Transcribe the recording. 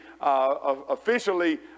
officially